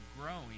growing